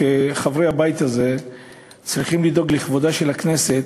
כחברי הבית הזה צריכים לדאוג לכבודה של הכנסת,